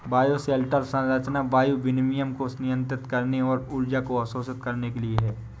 bioshelter संरचना वायु विनिमय को नियंत्रित करने और ऊर्जा को अवशोषित करने के लिए है